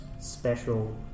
special